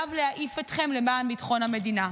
חייב להעיף אתכם למען ביטחון המדינה.